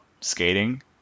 skating